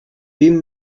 vint